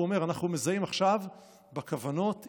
הוא אומר: אנחנו מזהים עכשיו בכוונות אישה,